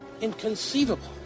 Inconceivable